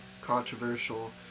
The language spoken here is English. controversial